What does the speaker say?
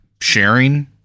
sharing